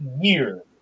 year